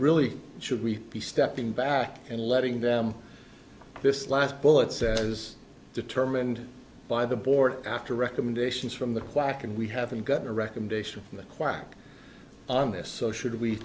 really should we be stepping back and letting them this last bullet says determined by the board after recommendations from the quack and we haven't gotten a recommendation from the quack on this so should we